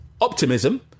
optimism